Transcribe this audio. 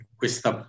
questa